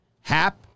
Hap